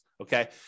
okay